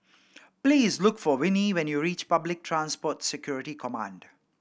please look for Venie when you reach Public Transport Security Command